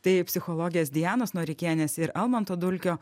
tai psichologės dianos noreikienės ir almanto dulkio